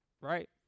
right